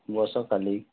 ବସ ଖାଲି